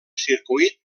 circuit